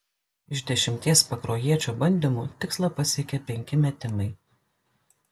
iš dešimties pakruojiečio bandymų tikslą pasiekė penki metimai